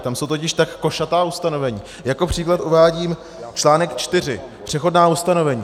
Tam jsou totiž tak košatá ustanovení, jako příklad uvádím článek 4 Přechodná ustanovení.